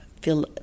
feel